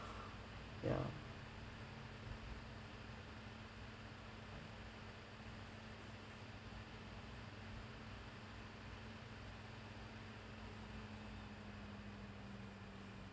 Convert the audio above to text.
ya